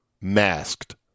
masked